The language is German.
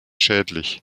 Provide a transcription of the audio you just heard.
schädlich